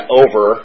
over